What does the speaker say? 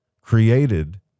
created